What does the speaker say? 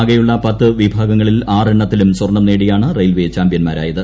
ആകെയുള്ള പത്ത് വിഭാഗങ്ങളിൽ ആറ് എണ്ണത്തിലും സ്വർണ്ണം നേടിയാണ് റെയിൽവെ ചാമ്പ്യൻമാരായത്